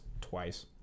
twice